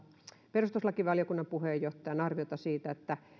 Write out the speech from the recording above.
perustuslakivaliokunnan puheenjohtajan arviota siitä että